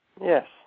Yes